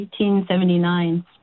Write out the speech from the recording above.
1879